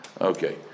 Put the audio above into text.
Okay